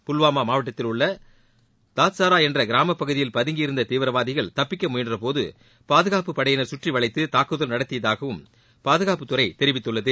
புல்வாமா மாவட்டத்தில் உள்ள தாத்சரா என்ற கிராமப் பகுதியில் பதுங்கி இருந்த தீவிரவாதிகள் தப்பிக்க முயன்றபோது பாதுனப்புப் படையினர் கற்றி வளைத்து தாக்குதல் நடத்தியதாகவும் பாதுகாப்புத்துறை தெரிவித்துள்ளது